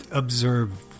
Observe